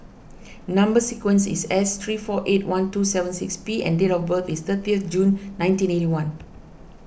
Number Sequence is S three four eight one two seven six P and date of birth is thirty June nineteen eighty one